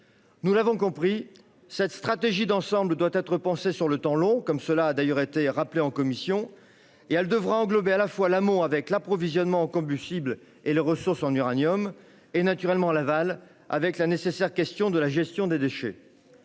les sites isolés. Cette stratégie d'ensemble doit être pensée sur le temps long, comme cela a d'ailleurs été rappelé en commission, et elle devra englober à la fois l'amont, avec l'approvisionnement en combustible et les ressources en uranium, et l'aval, au travers de la nécessaire question de la gestion des déchets.